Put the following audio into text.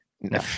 no